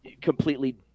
completely